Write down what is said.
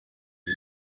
die